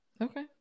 Okay